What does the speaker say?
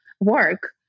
work